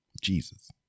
Jesus